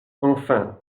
enfin